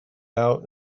out